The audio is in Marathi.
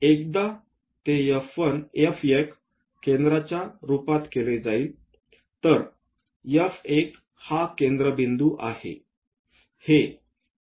एकदा ते F1 केंद्राच्या रूपात केले आहे तर F1 हा केंद्रबिंदू आहे